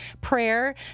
prayer